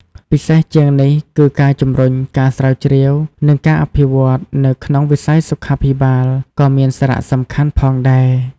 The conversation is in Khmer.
ពិសេសជាងនេះគឺ ការជំរុញ ការស្រាវជ្រាវ និងការអភិវឌ្ឍ នៅក្នុងវិស័យសុខាភិបាល ក៏មានសារៈសំខាន់ផងដែរ។